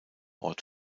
ort